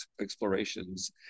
explorations